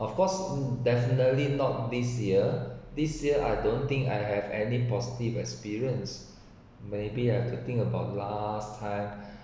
of course definitely not this year this year I don't think I have any positive experience maybe I have to think about last time